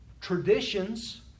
Traditions